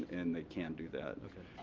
and they can do that.